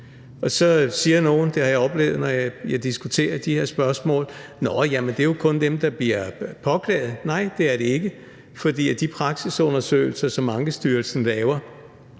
afgørelse. Og så har jeg oplevet, når jeg har diskuteret de her spørgsmål, at nogle siger: Nå ja, men det er jo kun dem, der bliver påklaget. Nej, det er det ikke, for de praksisundersøgelser, som Ankestyrelsen laver,